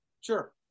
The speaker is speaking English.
Sure